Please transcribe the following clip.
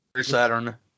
Saturn